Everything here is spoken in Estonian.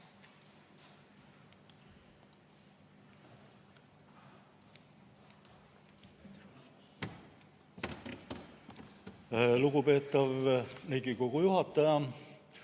Lugupeetav Riigikogu juhataja!